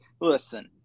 Listen